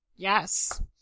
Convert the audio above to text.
Yes